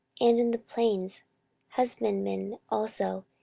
and in the plains husbandmen also,